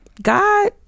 god